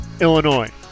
Illinois